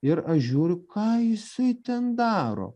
ir aš žiūriu ką jisai ten daro